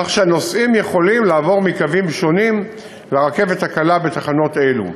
כך שהנוסעים יכולים לעבור מקווים שונים לרכבת הקלה בתחנות אלו.